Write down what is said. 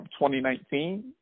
2019